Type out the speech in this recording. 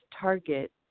target